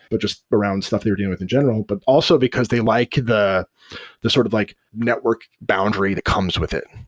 but just around stuff they were dealing with in general but also, because they like the the sort of like network boundary that comes with it.